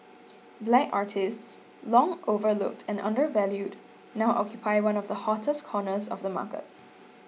black artists long overlooked and undervalued now occupy one of the hottest corners of the market